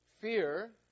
Fear